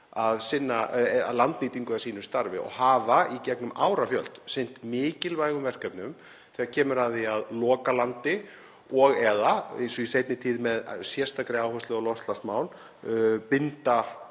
hafa landnýtingu að sínu starfi og hafa í árafjöld sinnt mikilvægum verkefnum þegar kemur að því að loka landi og/eða, eins og í seinni tíð, með sérstakri áherslu á loftslagsmál, binda